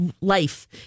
life